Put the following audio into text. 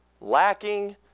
lacking